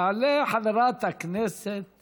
תעלה חברת הכנסת